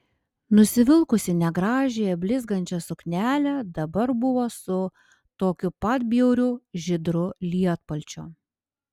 nusivilkusi negražiąją blizgančią suknelę dabar buvo su tokiu pat bjauriu žydru lietpalčiu